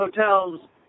hotels